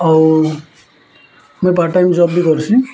ଆଉ ମୁଇଁ part time job ବି କର୍ସି